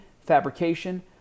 fabrication